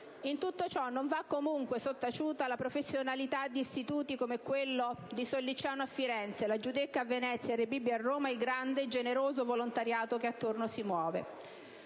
In tutto ciò non va comunque sottaciuta la professionalità di istituti come quello di Sollicciano a Firenze, la Giudecca a Venezia e Rebibbia a Roma e il grande, generoso volontariato che attorno si muove.